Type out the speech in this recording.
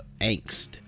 angst